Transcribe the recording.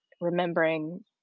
remembering